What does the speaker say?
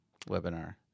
webinar